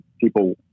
people